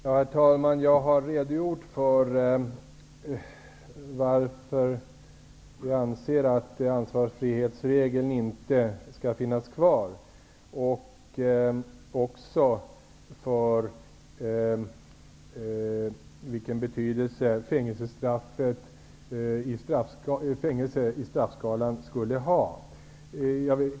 Herr talman! Jag har redogjort för varför vi anser att ansvarsfrihetsregeln inte skall finnas kvar och vilken betydelse fängelse i straffskalan skulle ha.